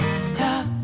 stop